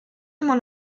immer